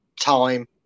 time